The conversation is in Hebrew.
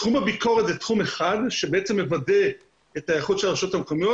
תחום הביקורת הוא תחום אחד שבעצם מוודא את היכולת של הרשויות המקומיות